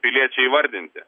piliečiai įvardinti